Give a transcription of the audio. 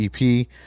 EP